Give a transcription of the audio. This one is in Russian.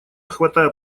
хватая